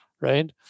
right